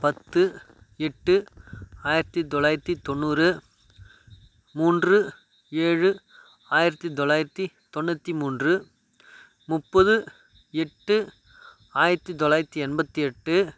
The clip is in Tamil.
பத்து எட்டு ஆயிரத்தி தொள்ளாயிரத்தி தொண்ணூறு மூன்று ஏழு ஆயிரத்தி தொள்ளாயிரத்தி தொண்ணூற்றி மூன்று முப்பது எட்டு ஆயிரத்தி தொள்ளாயிரத்தி எண்பத்தி எட்டு